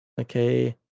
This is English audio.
Okay